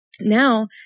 Now